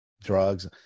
drugs